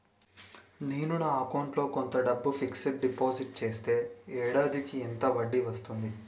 నేను నా అకౌంట్ లో కొంత డబ్బును ఫిక్సడ్ డెపోసిట్ చేస్తే ఏడాదికి ఎంత వడ్డీ వస్తుంది?